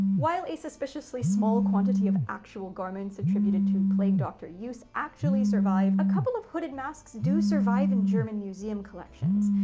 while a suspiciously small quantity of actual garments attributed to plague doctor use actually survive, a couple of hooded masks do survive in german museum collections.